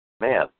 Man